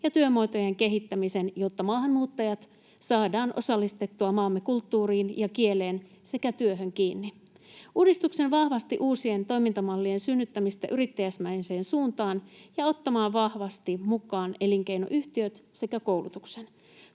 ja työmuotojen kehittämisen, jotta maahanmuuttajat saadaan osallistettua maamme kulttuuriin ja kieleen sekä työhön kiinni, uudistuksen vahvasti uusien toimintamallien synnyttämisestä yrittäjämäiseen suuntaan ja ottamaan vahvasti mukaan elinkeinoyhtiöt sekä koulutuksen.